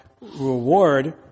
reward